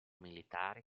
militari